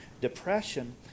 Depression